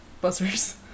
buzzers